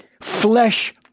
flesh